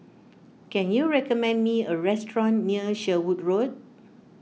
can you recommend me a restaurant near Sherwood Road